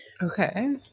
Okay